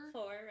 Four